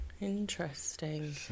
Interesting